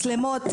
מצלמות,